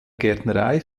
gärtnerei